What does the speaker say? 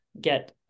get